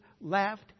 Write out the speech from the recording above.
laughed